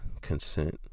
consent